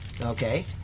Okay